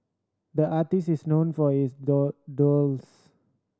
the artist is known for his door